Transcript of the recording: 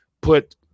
put